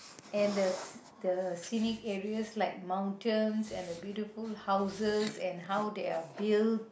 and the the scenic areas like the mountains and the beautiful houses and how they are build